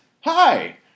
Hi